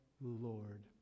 Lord